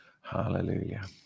Hallelujah